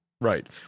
right